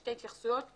שתי התייחסויות שונות.